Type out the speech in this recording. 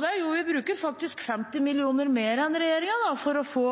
det. Jo, vi bruker faktisk 50 mill. kr mer enn regjeringen for å få